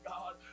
God